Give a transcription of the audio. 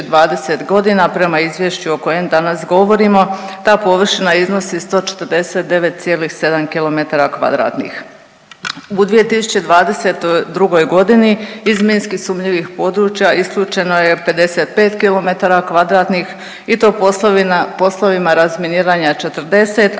U 2022. g. iz minski sumnjivih područja isključeno je 55 km2 i to poslovima razminiranja 40,